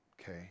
okay